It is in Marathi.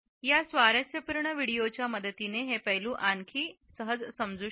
या स्वारस्यपूर्ण व्हिडिओच्या मदतीने हे पैलू आणखी समजू शकते